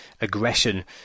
aggression